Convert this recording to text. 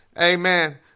Amen